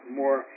more